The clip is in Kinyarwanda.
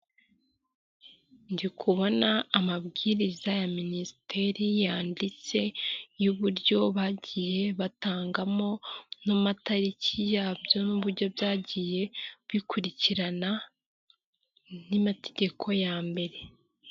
Ndikubona amabwiriza ya minisiteri yanditse y'uburyo bagiye batangamo n'amatariki yabyo uko byagiye bikurikirana namategeko ya mbere.